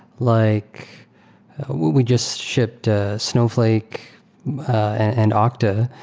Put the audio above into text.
like we we just ship to snowflake and octa.